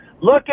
Look